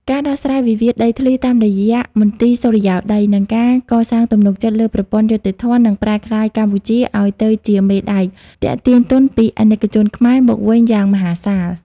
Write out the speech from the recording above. ការដោះស្រាយវិវាទដីធ្លីតាមរយៈ មន្ទីរសុរិយោដី និងការកសាងទំនុកចិត្តលើប្រព័ន្ធយុត្តិធម៌ នឹងប្រែក្លាយកម្ពុជាឱ្យទៅជា "មេដែក" ទាក់ទាញទុនពីអាណិកជនខ្មែរ មកវិញយ៉ាងមហាសាល។